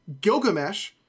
Gilgamesh